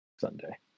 Sunday